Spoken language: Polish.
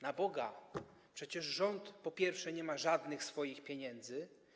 Na Boga, przecież rząd, po pierwsze, nie ma żadnych swoich pieniędzy.